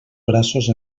braços